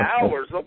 hours